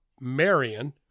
Marion